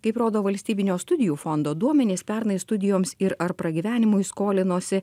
kaip rodo valstybinio studijų fondo duomenys pernai studijoms ir ar pragyvenimui skolinosi